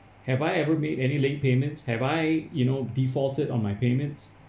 have I ever made any late payments have I you know defaulted on my payments